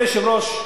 אדוני היושב-ראש,